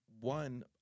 one